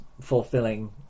fulfilling